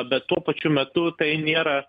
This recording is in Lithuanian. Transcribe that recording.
bet tuo pačiu metu tai nėra